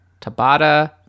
Tabata